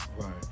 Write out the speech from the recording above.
Right